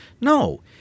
no